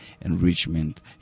enrichment